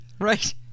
Right